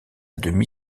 demi